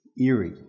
Eerie